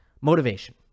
Motivation